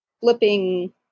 flipping